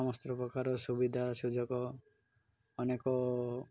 ସମସ୍ତ ପ୍ରକାର ସୁବିଧା ସୁଯୋଗ ଅନେକ